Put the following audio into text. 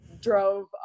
drove